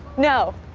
no